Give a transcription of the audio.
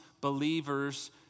believers